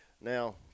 Now